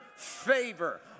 favor